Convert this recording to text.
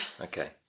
Okay